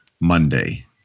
Monday